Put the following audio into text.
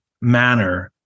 manner